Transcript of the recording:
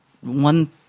one